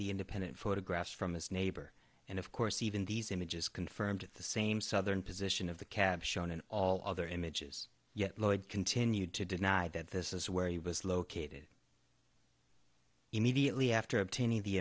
the independent photographs from his neighbor and of course even these images confirmed the same southern position of the cab shown in all other images yet lloyd continued to deny that this is where he was located immediately after obtaining the